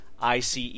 ICE